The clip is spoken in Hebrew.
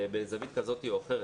בזווית כזו או אחרת,